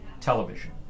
television